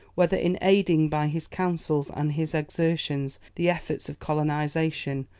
whether in aiding by his counsels and his exertions the efforts of colonization,